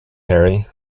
harry